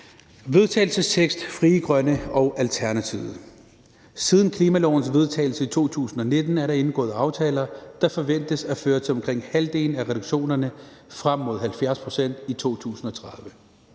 vedtagelsestekst op, som I har fået: Forslag til vedtagelse »Siden klimalovens vedtagelse i 2019 er der indgået aftaler, der forventes at føre til omkring halvdelen af reduktionerne frem mod 70 pct. i 2030.